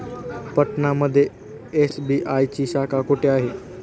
पटना मध्ये एस.बी.आय ची शाखा कुठे आहे?